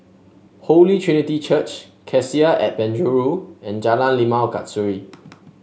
Holy Trinity Church Cassia at Penjuru and Jalan Limau Kasturi